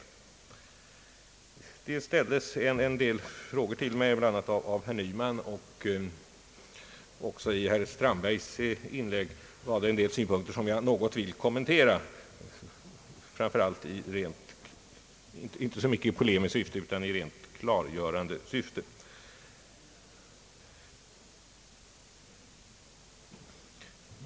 Det ställdes en del frågor till mig bl.a. av herr Nyman. Också i herr Strandbergs inlägg framfördes en del synpunkter som jag något vill kommentera, inte så mycket i polemiskt syfte utan i rent klargörande syfte.